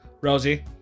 Rosie